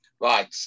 Right